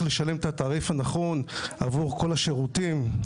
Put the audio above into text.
לשלם את התעריף הנכון עבור כל השירותים.